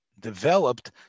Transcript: developed